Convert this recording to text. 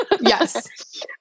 Yes